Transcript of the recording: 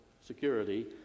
security